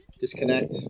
disconnect